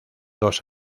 dos